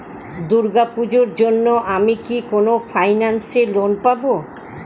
দূর্গা পূজোর জন্য আমি কি কোন ফাইন্যান্স এ লোন পাবো?